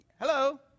Hello